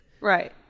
right